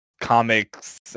comics